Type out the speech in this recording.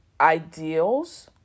ideals